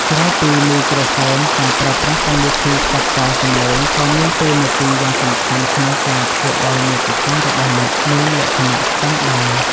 ក្រៅពីមីក្រូហ្វូនការប្រើប្រាស់កម្មវិធីកាត់តសំឡេងក៏មានតួនាទីយ៉ាងសំខាន់ក្នុងការធ្វើឱ្យមាតិការបស់អ្នកមានលក្ខណៈស្តង់ដារ។